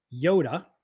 Yoda